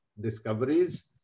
discoveries